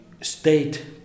state